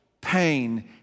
pain